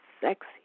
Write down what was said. sexy